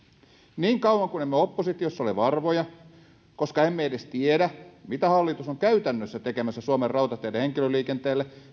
niin kauan kuin emme oppositiossa ole varmoja koska emme edes tiedä mitä hallitus on käytännössä tekemässä suomen rautateiden henkilöliikenteelle